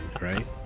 right